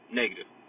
negative